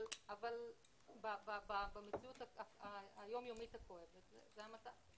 אבל במציאות היומיומית הכואבת זה המצב.